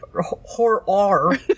horror